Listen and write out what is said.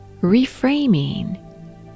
reframing